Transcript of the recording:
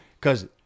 Cause